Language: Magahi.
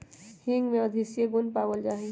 हींग में औषधीय गुण पावल जाहई